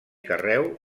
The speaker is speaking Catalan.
carreu